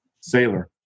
sailor